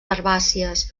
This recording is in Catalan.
herbàcies